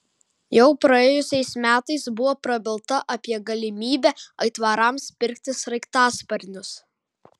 jau praėjusiais metais buvo prabilta apie galimybę aitvarams pirkti sraigtasparnius